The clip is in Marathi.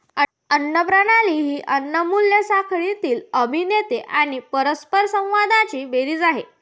अन्न प्रणाली ही अन्न मूल्य साखळीतील अभिनेते आणि परस्परसंवादांची बेरीज आहे